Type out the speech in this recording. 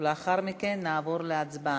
לאחר מכן נעבור להצבעה.